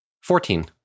Fourteen